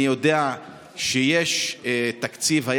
אני יודע שיש תקציב, היה